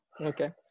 Okay